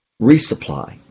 resupply